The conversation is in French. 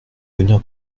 venir